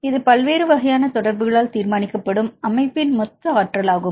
இது பல்வேறு வகையான தொடர்புகளால் தீர்மானிக்கப்படும் அமைப்பின் மொத்த ஆற்றலாகும்